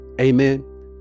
Amen